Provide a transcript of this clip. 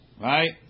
right